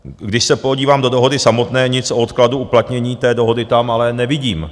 Když se podívám do dohody samotné, nic o odkladu uplatnění té dohody tam ale nevidím.